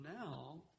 now